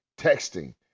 texting